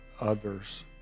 others